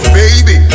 baby